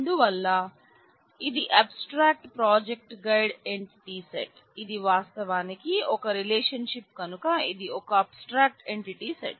అందువల్ల ఇది abstract projected entity set ఇది వాస్తవానికి ఒక రిలేషన్షిప్ కనుక ఇది ఒక అబ్స్ట్రాక్టు ఎంటిటీ సెట్